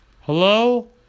Hello